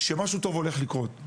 שמשהו טוב הולך לקרות.